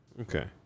Okay